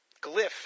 glyph